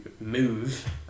move